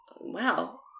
Wow